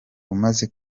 umaze